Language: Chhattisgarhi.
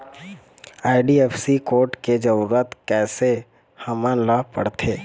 आई.एफ.एस.सी कोड के जरूरत कैसे हमन ला पड़थे?